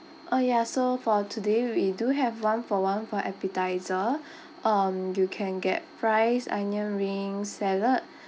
oh ya so far today we do have one for one for appetiser um you can get fries onion ring salad